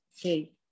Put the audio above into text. okay